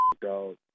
dog